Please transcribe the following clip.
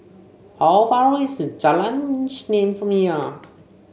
how far away is Jalan Isnin from here